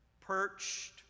perched